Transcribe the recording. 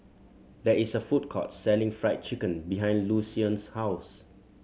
there is a food court selling Fried Chicken behind Lucien's house